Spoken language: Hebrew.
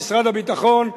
במשרד הביטחון,